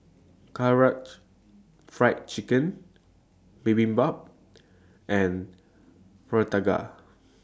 Karaage Fried Chicken Bibimbap and Fritada